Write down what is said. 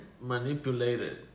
manipulated